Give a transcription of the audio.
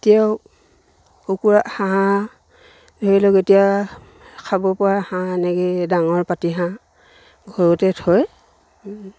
এতিয়াও কুকুৰা হাঁহ ধৰি লওক এতিয়া খাব পৰা হাঁহ এনেকৈ ডাঙৰ পাতিহাঁহ ঘৰতে থৈ